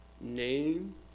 name